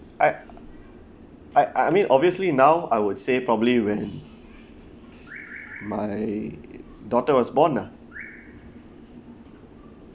I I I mean obviously now I would say probably when my daughter was born lah